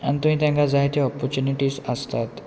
आनी थंय तांकां जाय त्यो ऑपोरच्युनिटीज आसतात